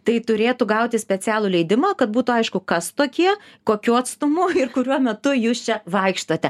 tai turėtų gauti specialų leidimą kad būtų aišku kas tokie kokiu atstumu ir kuriuo metu jūs čia vaikštote